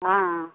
ஆ ஆ